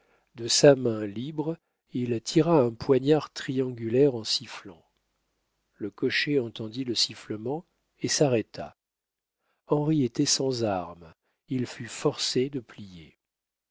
de sa main libre il tira un poignard triangulaire en sifflant le cocher entendit le sifflement et s'arrêta henri était sans armes il fut forcé de plier